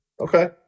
Okay